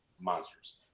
monsters